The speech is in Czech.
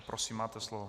Prosím, máte slovo.